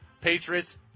Patriots